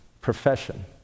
profession